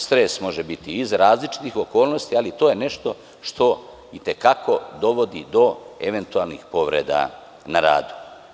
Stres može biti iz različitih okolnosti, ali to je nešto što i te kako dovodi do eventualnih povreda na radu.